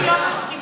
אני לא מסכימה,